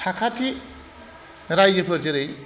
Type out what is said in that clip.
साखाथि रायजोफोर जेरै